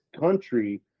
country